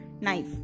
knife